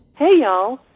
hey, y'all,